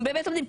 אם באמת יודעים,